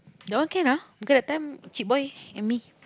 that one can ah because that time chick boy and me